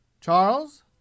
charles